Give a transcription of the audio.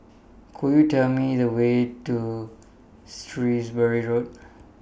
Could YOU Tell Me The Way to Shrewsbury Road